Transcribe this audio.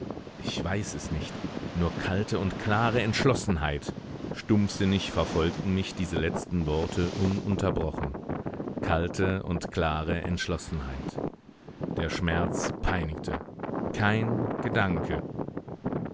ich weiß es nicht nur kalte und klare entschlossenheit stumpfsinnig verfolgten mich diese letzten worte ununterbrochen kalte und klare entschlossenheit der schmerz peinigte kein gedanke